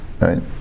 Right